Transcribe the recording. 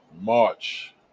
March